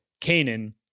Canaan